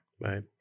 Right